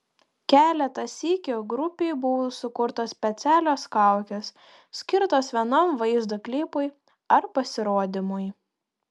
keletą sykių grupei buvo sukurtos specialios kaukės skirtos vienam vaizdo klipui ar pasirodymui